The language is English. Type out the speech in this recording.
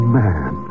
man